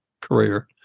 career